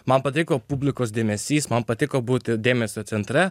man patiko publikos dėmesys man patiko būti dėmesio centre